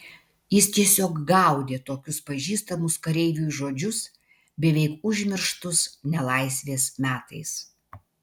jis tiesiog gaudė tokius pažįstamus kareiviui žodžius beveik užmirštus nelaisvės metais